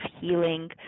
Healing